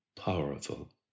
powerful